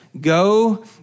go